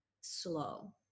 slow